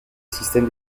système